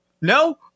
No